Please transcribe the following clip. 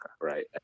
right